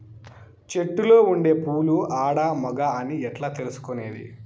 చెట్టులో ఉండే పూలు ఆడ, మగ అని ఎట్లా తెలుసుకునేది?